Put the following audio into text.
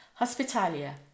Hospitalia